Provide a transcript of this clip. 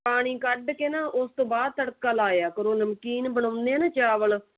ਪਾਣੀ ਕੱਢ ਕੇ ਨਾ ਉਸ ਤੋਂ ਬਾਅਦ ਤੜਕਾ ਲਾਇਆ ਕਰੋ ਨਮਕੀਨ ਬਣਾਉਂਦੇ ਹਾਂ ਨਾ ਚਾਵਲ